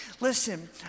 Listen